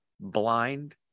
blind